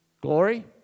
glory